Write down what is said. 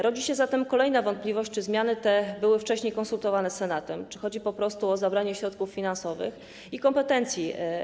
Rodzi się zatem kolejna wątpliwość, czy zmiany te były wcześniej konsultowane z Senatem, czy chodzi po prostu o zabranie środków finansowych i kompetencji.